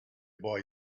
boy